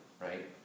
right